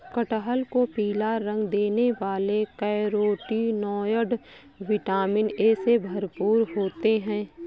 कटहल को पीला रंग देने वाले कैरोटीनॉयड, विटामिन ए से भरपूर होते हैं